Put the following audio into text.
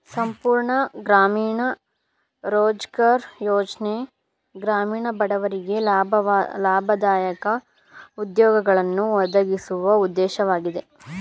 ಸಂಪೂರ್ಣ ಗ್ರಾಮೀಣ ರೋಜ್ಗಾರ್ ಯೋಜ್ನ ಗ್ರಾಮೀಣ ಬಡವರಿಗೆ ಲಾಭದಾಯಕ ಉದ್ಯೋಗಗಳನ್ನು ಒದಗಿಸುವ ಉದ್ದೇಶವಾಗಿದೆ